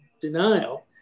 denial